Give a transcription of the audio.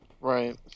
Right